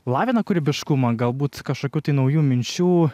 lavina kūrybiškumą galbūt kažkokių naujų minčių